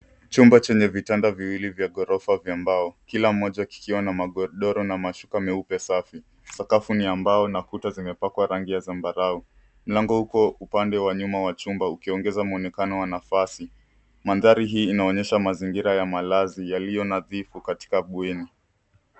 Chumba chenye vitanda viwili vya ghorofa vya mbao. Kila mmoja kikiwa magodoro na mashuka meupe safi. Sakafu ni ya mbao na kuta zimepakwa rangi ya zambarau. Mlango uko upande wa nyuma wa chumba ukiongeza mwonekano wa nafasi. Mandhari hii inaonyesha mazingira ya malazi yaliyo nadhifu katika bweni.